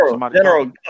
General